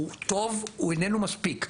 הוא טוב, הוא איננו מספיק.